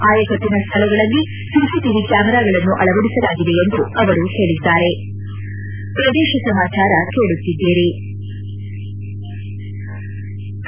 ಆಯಕಟ್ಟನ ಸ್ವಳಗಳಲ್ಲಿ ಸಿಸಿಟಿವಿ ಕ್ವಾಮರಾಗಳನ್ನು ಅಳವಡಿಸಲಾಗಿದೆ ಎಂದು ಅವರು ಹೇಳದ್ದಾರೆ